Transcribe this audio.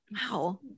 Wow